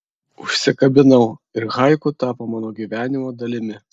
užsikabinau ir haiku tapo mano gyvenimo dalimi